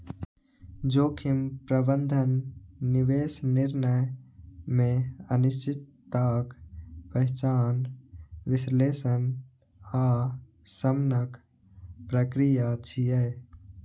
जोखिम प्रबंधन निवेश निर्णय मे अनिश्चितताक पहिचान, विश्लेषण आ शमनक प्रक्रिया छियै